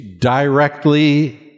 directly